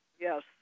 yes